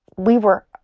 we were,